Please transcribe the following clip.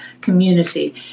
community